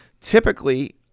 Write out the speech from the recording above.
typically